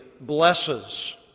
blesses